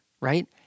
right